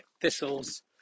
thistles